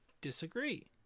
disagree